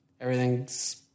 everything's